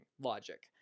logic